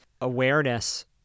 awareness